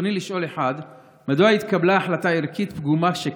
רצוני לשאול: 1. מדוע התקבלה החלטה ערכית פגומה שכזו?